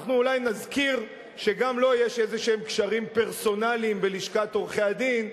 אנחנו אולי נזכיר שגם לו יש קשרים פרסונליים כלשהם בלשכת עורכי-הדין,